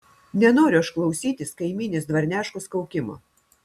nenoriu aš klausytis kaimynės dvarneškos kaukimo